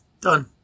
done